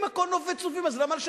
אם הכול נופת צופים,